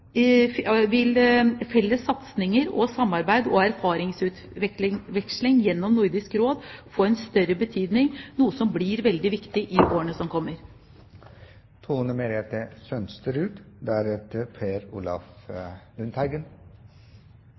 felles satsinger, samarbeid og erfaringsutveksling gjennom Nordisk Råd få en større betydning, noe som blir veldig viktig i årene som kommer.